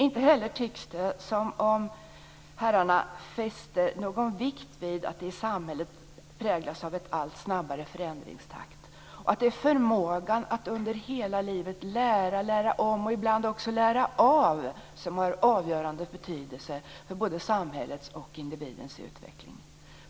Inte heller tycks det som om herrarna fäster någon vikt vid att samhället präglas av en allt snabbare förändringstakt och att det är förmågan att under hela livet lära, lära om och ibland också lära av som har avgörande betydelse för både samhällets och individens utveckling.